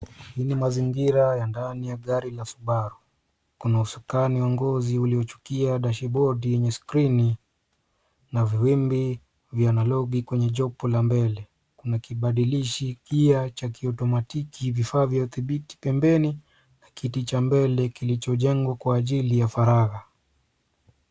Hii ni mazingira ya ndani ya gari la subaru. Kuna usukani wa ngozi uliochukia dashibodi yenye skrini na viwimbi vya analogi kwenye jopo la mbele. Kuna kibadilidhi gia cha kiotomatiki, vifaa vya udhibiti pembeni na kiti cha mbele kilicho jengwa kwa ajili ya faragha.